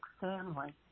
family